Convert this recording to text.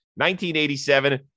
1987